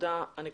אני סיימתי.